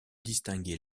distinguer